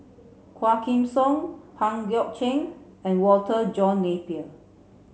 Quah Kim Song Pang Guek Cheng and Walter John Napier